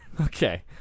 Okay